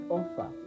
offer